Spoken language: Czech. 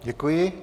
Děkuji.